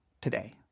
today